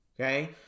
Okay